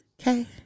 Okay